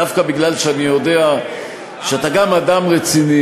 דווקא מפני שאני יודע שאתה גם אדם רציני